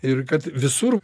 ir kad visur